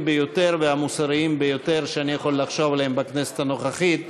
ביותר והמוסריים ביותר שאני יכול לחשוב עליהם בכנסת הנוכחית,